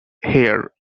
here